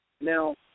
Now